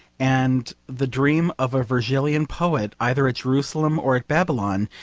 and the dream of a virgilian poet, either at jerusalem or at babylon,